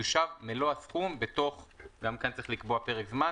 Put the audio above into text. יושב מלוא הסכום בתוך גם כאן צריך לקבוע פרק זמן.